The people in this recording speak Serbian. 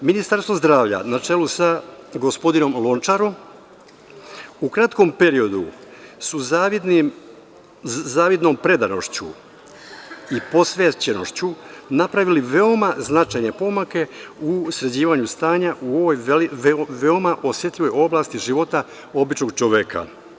Ministarstvo zdravlja, na čelu sa gospodinom Lončarom, u kratkom periodu je zavidnom predanošću i posvećenošću napravilo veoma značajne pomake u sređivanju stanja u ovoj veoma osetljivoj oblasti života običnog čoveka.